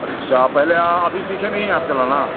अच्छा पहले अभी सीखे नहीं हैं आप चलाना